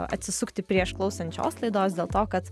atsisukti prieš klausant šios laidos dėl to kad